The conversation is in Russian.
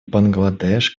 бангладеш